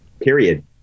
period